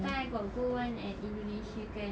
that time I got go one at Indonesia kan